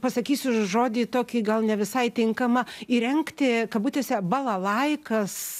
pasakysiu žodį tokį gal ne visai tinkamą įrengti kabutėse balalaikas